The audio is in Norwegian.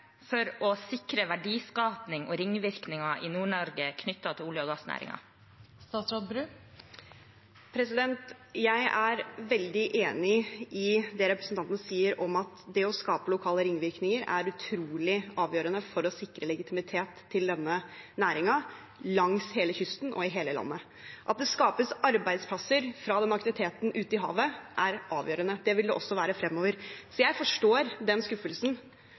for å sikre verdiskaping og ringvirkninger i Nord-Norge knyttet til olje- og gassnæringen? Jeg er veldig enig i det representanten sier om at det å skape lokale ringvirkninger er utrolig avgjørende for å sikre legitimitet til denne næringen, langs hele kysten og i hele landet. At det skapes arbeidsplasser fra den aktiviteten ute i havet, er avgjørende. Det vil det også være fremover. Så jeg forstår den skuffelsen